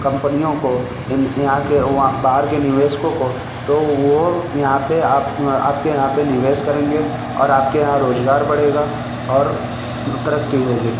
कम्पनियों को इन यहाँ के वहाँ बाहर के निवेशकों को तो वो यहाँ पर आप आपके यहाँ पर निवेश करेंगे और आपके यहाँ रोज़गार बढ़ेगा और तरक्की होगी